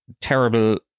terrible